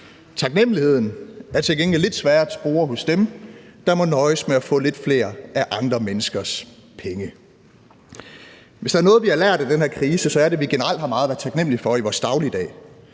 Taknemmeligheden er til gengæld lidt sværere at spore hos dem, der må nøjes med at få lidt flere af andre menneskers penge. Hvis der er noget, vi har lært af den her krise, er det, at vi generelt har meget at være taknemmelige for i vores dagligdag